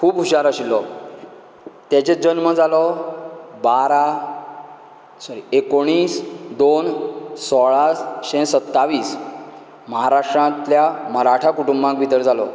खूब हुशार आशिल्लो तेजे जल्म जालो बारा सोरी एकोणीस दोन सोळाशें सत्तावीस महाराष्ट्रांतल्या मराठा कुटूंबा भितर जालो